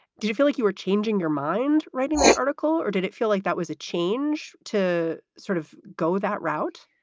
did you feel like you were changing your mind writing that article, article, or did it feel like that was a change to sort of go that route?